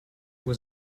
was